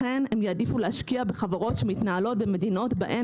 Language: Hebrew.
לכן הם יעדיפו להשקיע בחברות שמתנהלות במדינות בהן